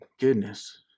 goodness